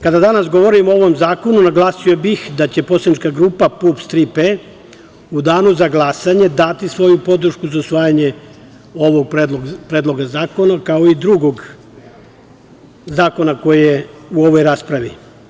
Kada danas govorimo o ovom zakonu, naglasio bih da će poslanička grupa PUPS "Tri P" u danu za glasanje dati svoju podršku za usvajanje ovog Predloga zakona, kao i drugog zakona koji je u ovoj raspravi.